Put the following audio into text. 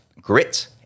grit